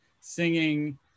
singing